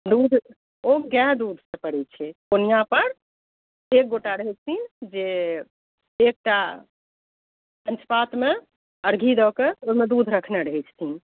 दूध ओ गाइ दूधसँ पड़ै छै कोनिआपर एक गोटा रहै छथिन जे एकटा पञ्चपातमे अरघी दऽ कऽ ओहिमे दूध रखने रहै छथिन